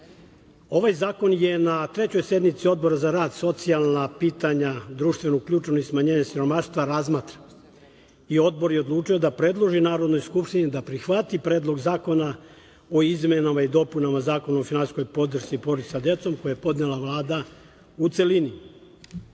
Ovaj zakon je na 3. sednici Odbora za rad, socijalna pitanja, društvenu uključenost i smanjenje siromaštva razmatran i Odbor je odlučio da predloži Narodnoj skupštini da prihvati Predlog zakona o izmenama i dopunama Zakona o finansijskoj podršci porodici sa decom, koji je podnela Vlada, u celini. Predlog